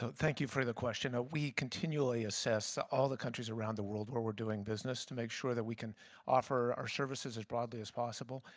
so thank you for the question. we continually assess all the countries around the world where we're doing business to make sure we can offer our services as broadly as possible.